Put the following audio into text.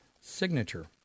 signature